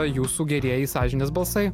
jūsų gerieji sąžinės balsai